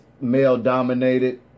male-dominated